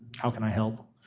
how can i help,